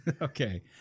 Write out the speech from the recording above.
Okay